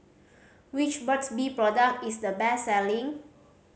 which Burt's Bee product is the best selling